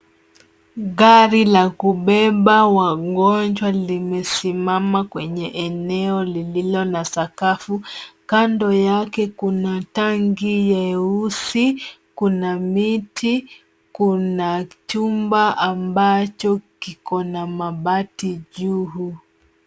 Gari la kubeba wagonjwa limesimama kwenye eneo lililo na sakafu. Kando yake kuna tangi nyeusi, kuna miti, kuna chumba ambacho kiko na mabati juu.